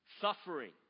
suffering